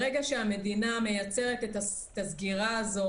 ברגע שהמדינה מייצרת את הסגירה הזאת